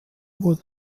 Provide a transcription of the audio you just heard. wurde